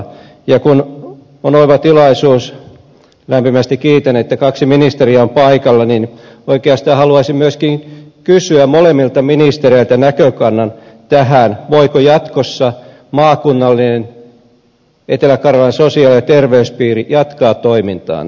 ja kun on oiva tilaisuus lämpimästi kiitän että kaksi ministeriä on paikalla niin oikeastaan haluaisin myöskin kysyä molemmilta ministereiltä näkökannan tähän voiko jatkossa maakunnallinen etelä karjalan sosiaali ja terveyspiiri jatkaa toimintaansa